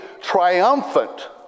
triumphant